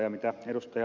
ja mitä ed